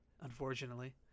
unfortunately